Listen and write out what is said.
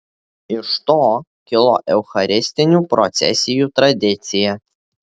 iš to kilo eucharistinių procesijų tradicija